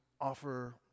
offer